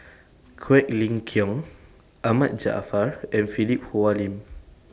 Quek Ling Kiong Ahmad Jaafar and Philip Hoalim